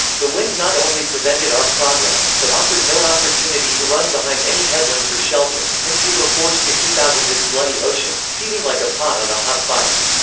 the wind not only prevented our progress, but offered no opportunity to run behind any headland for shelter hence we were forced to keep out in this bloody ocean, seething like a pot on a hot fire.